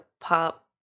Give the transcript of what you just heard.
pop